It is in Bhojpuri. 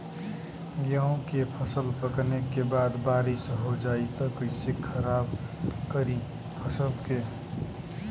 गेहूँ के फसल पकने के बाद बारिश हो जाई त कइसे खराब करी फसल के?